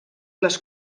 les